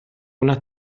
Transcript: una